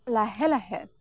লাহে লাহে